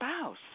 spouse